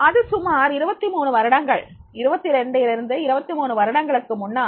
அது சுமார் 23 வருடங்கள் 22 23 வருடங்களுக்கு முன்னால்